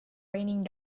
raining